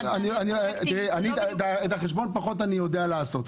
את החשבון אני פחות יודע לעשות.